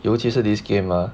尤其是 this game ah